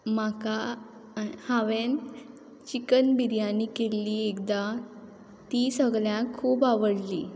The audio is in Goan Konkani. म्हाका हांवें चिकन बिरयानी केल्ली एकदां ती सगल्यांक खूब आवडली